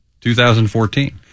2014